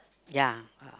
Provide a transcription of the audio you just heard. ya